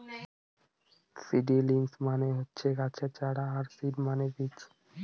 seedlings মানে হচ্ছে গাছের চারা আর সিড মানে বীজ